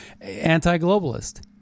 Anti-globalist